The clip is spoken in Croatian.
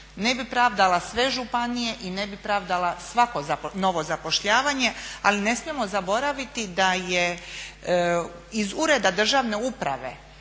Ne bih pravdala sve županije i ne bih pravdala svako novo zapošljavanje, ali ne smijemo zaboraviti da je iz Ureda državne uprave